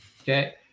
Okay